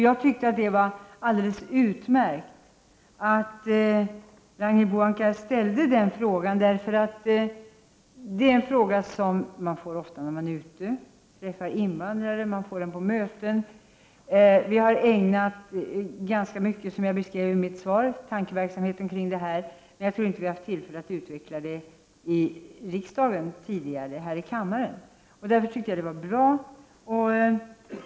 Jag tyckte att det var alldeles utmärkt att Ragnhild Pohanka ställde den frågan. Det är en fråga som man ofta får när man är ute och träffar invandrare — och som man får på möten. Som jag beskrev i mitt svar har vi ägnat ganska mycket tankeverksamhet kring detta. Men jag tror inte att vi har haft tillfälle att utveckla det tidigare här i kammaren.